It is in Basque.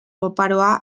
oparoa